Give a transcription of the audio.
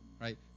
right